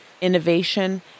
innovation